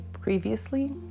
previously